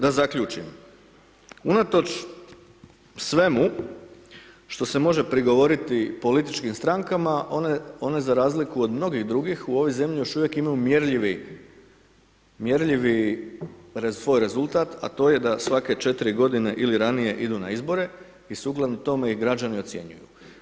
Da zaključim, unatoč svemu što se može prigovoriti političkim strankama, one za razliku od mnogih drugih u ovoj zemlji još uvijek imaju mjerljivi svoj rezultat a to je da svake 4 godine ili ranije idu na izbore i sukladno tome ih građani ocjenjuju.